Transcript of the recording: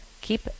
Keep